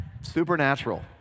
Supernatural